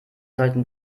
sollten